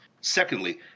Secondly